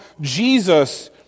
Jesus